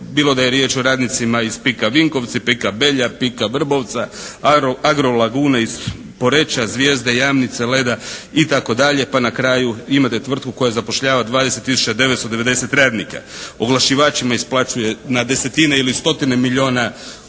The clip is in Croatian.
bilo da je riječ o radnicima iz PIK-a Vinkovci, PK Belja, PIK-a Vrbovca, Agro lagune iz Poreča, Zvijezde, Jamnice, Leda i tako dalje. Pa na kraju imate tvrtku koja zapošljava 20 tisuća 990 radnika. Oglašivačima isplaćuje na desetine ili stotine milijuna kuna